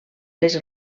les